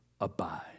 abide